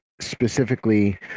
specifically